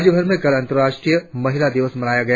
राज्य भर में कल अंतर्राष्ट्रीय महिला दिवस मनया गया